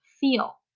feel